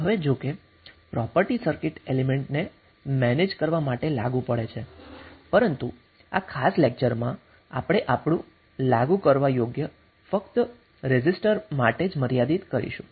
હવે જોકે property circuit એલિમેન્ટને મેનેજ કરવા માટે લાગુ પડે છે પરંતુ આ ખાસ લેક્ચરમા આપણે આપણુ લાગુ કરવા યોગ્ય ફક્ત રેઝિસ્ટર માટે મર્યાદિત કરીશું